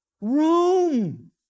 Rome